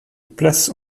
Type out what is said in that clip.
place